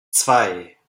zwei